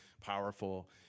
powerful